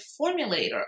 formulator